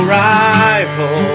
rival